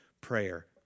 prayer